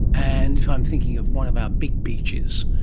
and if i'm thinking of one of our big beaches,